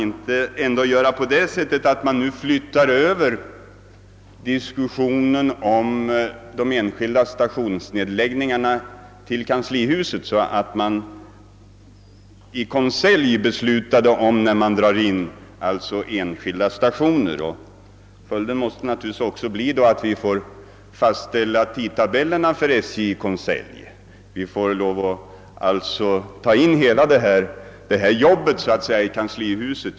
Han undrar nu om inte diskussionen om de enskilda stationsnedläggningarna kunde flyttas över till kanslihuset, så att indragning av enskilda stationer beslutas i konselj. Följden måste naturligtvis då bli att även tidtabellerna för SJ måste fastställas i konselj. Hela detta jobb skulle skötas i kanslihuset.